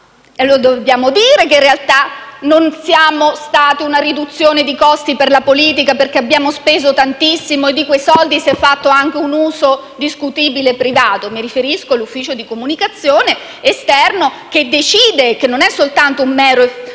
Lo dobbiamo dire che, in realtà, non siamo stati una riduzione dei costi per la politica, perché abbiamo speso tantissimo e di quei soldi si è fatto anche un uso discutibile e privato. Mi riferisco all'ufficio di comunicazione esterno che decide, non è soltanto un mero ufficio